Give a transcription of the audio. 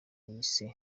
yise